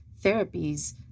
therapies